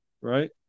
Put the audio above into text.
Right